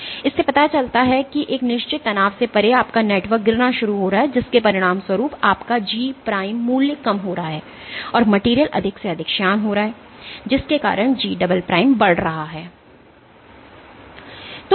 इससे पता चलता है कि एक निश्चित तनाव से परे आपका नेटवर्क गिरना शुरू हो रहा है जिसके परिणामस्वरूप आपका G मूल्य कम हो रहा है और मेटेरियल अधिक से अधिक श्यान हो रहा है जिसके कारण G बढ़ रहा है